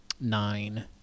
Nine